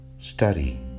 study